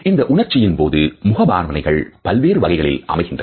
இந்த உணர்ச்சியின் போது முகபாவனைகள் பல்வேறு வகைகளில் அமைகின்றன